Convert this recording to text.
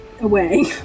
away